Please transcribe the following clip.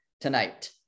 tonight